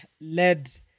led